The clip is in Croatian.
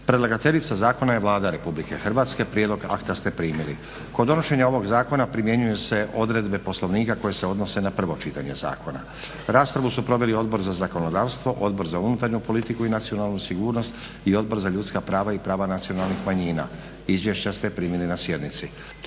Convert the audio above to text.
Predlagateljica zakona je Vlada RH. Prijedlog akta ste primili. Kod donošenja ovog zakona primjenjuju se odredbe Poslovnika koje se odnose na prvo čitanje zakona. Raspravu su proveli Odbor za zakonodavstvo, Odbor za unutarnju politiku i nacionalnu sigurnost i Odbor za ljudska prava i prava nacionalnih manjina. Izvješća ste primili na sjednici.